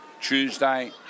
Tuesday